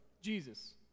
Jesus